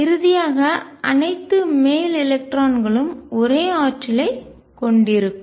இறுதியாக அனைத்து மேல் எலக்ட்ரான்களும் ஒரே ஆற்றலைக் கொண்டிருக்கும்